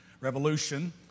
Revolution